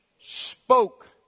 spoke